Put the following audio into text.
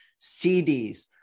CDs